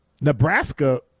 Nebraska